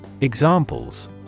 Examples